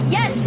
Yes